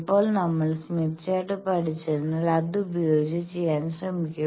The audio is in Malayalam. ഇപ്പോൾ നമ്മൾ സ്മിത്ത് ചാർട്ട് പഠിച്ചതിനാൽ അത് ഉപയോഗിച്ച് ചെയ്യാൻ ശ്രമിക്കും